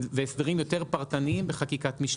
והסדרים פרטניים יותר בחקיקת משנה.